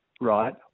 right